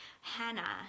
Hannah